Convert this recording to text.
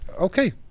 okay